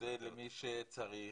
למי שצריך